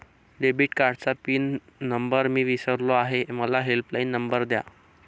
debit कार्डचा pin number मी विसरलो आहे मला हेल्पलाइन नंबर द्या